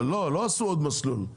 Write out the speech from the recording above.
אבל לא, לא עשו עוד מסלול.